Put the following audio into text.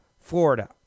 Florida